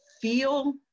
feel